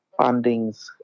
fundings